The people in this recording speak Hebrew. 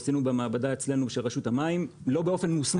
במעבדה אצלנו של רשות המים לא באופן מוסמך.